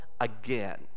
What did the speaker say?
again